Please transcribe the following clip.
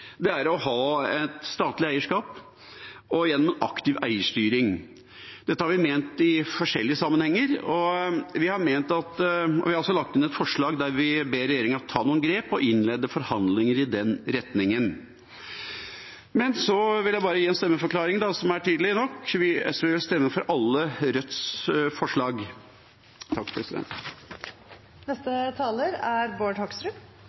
er politisk ønsket, er å ha et statlig eierskap, og gjennom en aktiv eierstyring. Dette har vi ment i forskjellige sammenhenger, og vi har lagt inn et forslag der vi ber regjeringa ta noen grep og innlede forhandlinger i den retningen. Jeg vil bare gi en stemmeforklaring – som er tydelig nok: SV vil stemme for alle Rødts forslag. For Fremskrittspartiet er